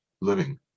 living